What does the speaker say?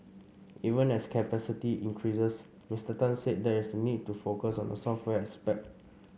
even as capacity increases Mister Tan said there is a need to focus on the software aspect